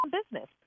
business